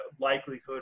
likelihood